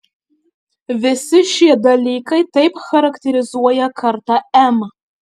visi šie dalykai taip charakterizuoja kartą m